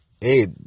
hey